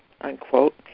unquote